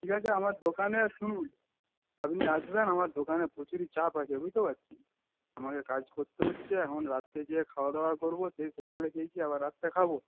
ঠিক আছে আমার দোকানে শুনুন আপনি আসবেন আমার দোকানে প্রচুরই চাপ আছে বুঝতে পারছেন আমাকে কাজ করতে হচ্ছে এখন রাত্রে যেয়ে খাওয়াদাওয়া করবো সেই সকালে খেয়েছি আবার রাত্রে খাবো